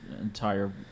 entire